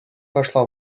вошла